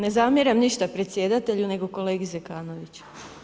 Ne zamjeram ništa predsjedatelju nego kolegi Zekanoviću.